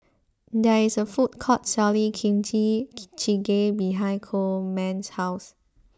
there is a food court selling Kimchi Jjigae behind Coleman's house